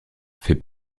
fait